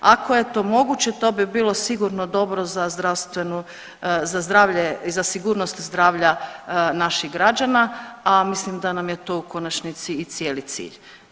Ako je to moguće to bi bilo sigurno dobro za zdravstvenu, za zdravlje i za sigurnost zdravlja naših građana, a mislim da nam je to u konačnici i cijeli cilj.